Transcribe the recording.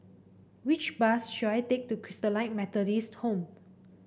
which bus should I take to Christalite Methodist Home